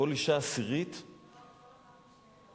כל אשה עשירית, לא.